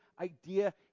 idea